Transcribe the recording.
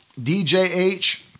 DJH